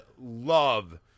love